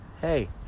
hey